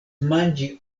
manĝi